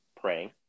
praying